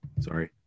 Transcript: Sorry